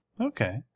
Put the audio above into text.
Okay